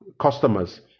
customers